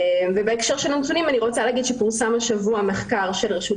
ובהקשר של הנתונים אני רוצה להגיד שפורסם השבוע מחקר של רשות